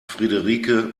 friederike